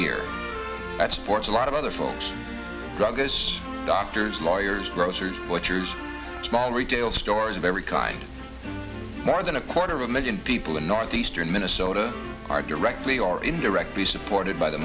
year that supports a lot of other folks drug this doctors lawyers grocers butchers small retail stores of every kind more than a quarter of a million people in northeastern minnesota are directly or indirectly supported by the